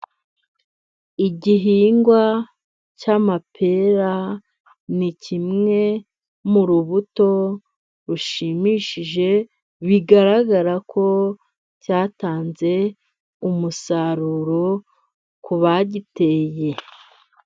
Igihingwa cy'amapera, ni kimwe mu rubuto rushimishije, bigaragara ko cyatanze umusaruro ku bagiteye.